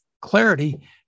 clarity